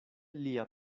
lia